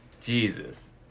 Jesus